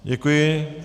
Děkuji.